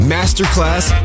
Masterclass